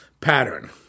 pattern